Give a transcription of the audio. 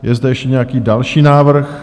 Je zde ještě nějaký další návrh?